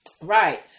Right